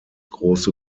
große